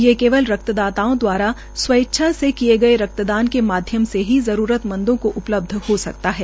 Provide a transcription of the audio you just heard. ये केवल रक्तदाताओं द्वारा स्वेच्छा से किए गए रक्तदान के माध्यम से ही जरूरतमंदों के उपलब्ध हो पाता है